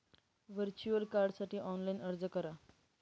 virtual कार्डसाठी online अर्ज करा